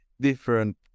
different